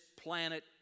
planet